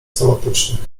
somatycznych